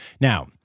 Now